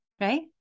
Right